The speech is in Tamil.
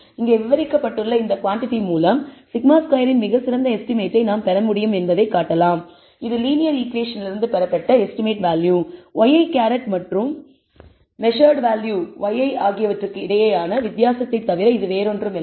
இங்கே விவரிக்கப்பட்டுள்ள இந்த குவாண்டிடி மூலம் σ2 இன் மிகச் சிறந்த எஸ்டிமேட்டை நாம் பெற முடியும் என்பதைக் காட்டலாம் இது லீனியர் ஈகுவேஷனிலிருந்து பெறப்பட்ட எஸ்டிமேட் வேல்யூ ŷi மற்றும் மெஸர்ட் வேல்யூ yi ஆகியவற்றுக்கு இடையேயான வித்தியாசத்தைத் தவிர வேறில்லை